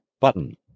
button